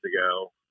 ago